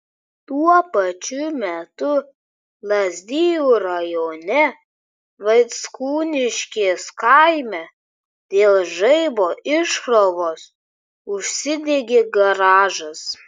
tuo pačiu metu lazdijų rajone vaickūniškės kaime dėl žaibo iškrovos užsidegė garažas